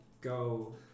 Go